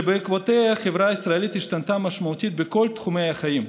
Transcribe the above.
שבעקבותיה החברה הישראלית השתנתה משמעותית בכל תחומי החיים.